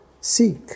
seek